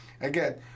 Again